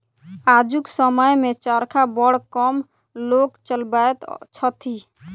आजुक समय मे चरखा बड़ कम लोक चलबैत छथि